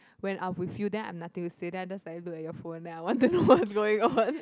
when I'm with you then I've nothing to say then I just look at your phone then I want to know what's going on